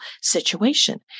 situation